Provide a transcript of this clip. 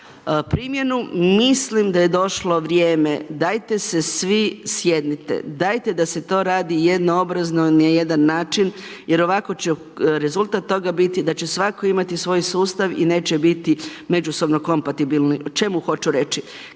primjenu. Mislim da je došlo vrijeme, dajte se svi sjednite, dajte da se to radi jedno obrazno na jedan način jer ovako će rezultat toga biti da će svatko imati svoj sustav i neće biti međusobno kompatibilni. O čemu hoću reći?